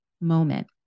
moment